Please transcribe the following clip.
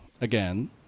again